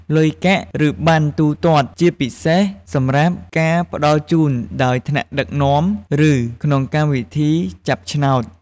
លុយកាក់ ឬប័ណ្ណទូទាត់ ជាពិសេសសម្រាប់ការផ្តល់ជូនដោយថ្នាក់ដឹកនាំ ឬក្នុងកម្មវិធីចាប់ឆ្នោត។